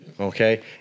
Okay